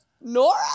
Nora